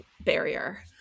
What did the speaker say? barrier